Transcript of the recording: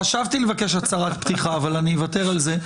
חשבתי לבקש הצהרת פתיחה, אבל אוותר על זה.